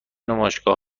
نمایشگاه